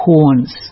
Horns